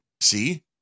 See